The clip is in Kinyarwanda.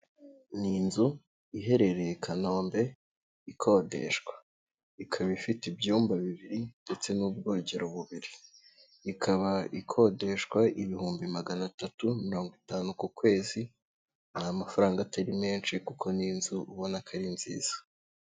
Ni inzu iherereye i Kanombe ikodeshwa, ikaba ifite ibyumba bibiri ndetse n'ubwogero bubiri, ikaba ikodeshwa ibihumbi magana atatu mirongo itanu ku kwezi, amafaranga atari menshi kuko n'inzu ubona ko ari nziza.